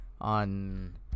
on